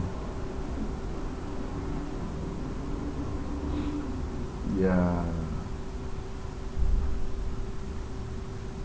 ya